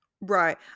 Right